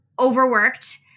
overworked